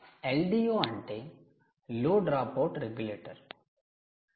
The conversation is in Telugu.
LDO అంటే 'low dropout regulator' 'Low Dropout Regulator'